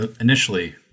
initially